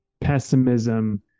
pessimism